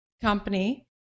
company